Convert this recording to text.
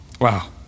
Wow